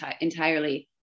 entirely